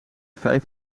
vijf